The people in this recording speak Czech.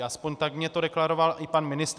Aspoň tak mi to deklaroval pan ministr.